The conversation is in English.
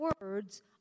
words